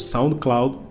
SoundCloud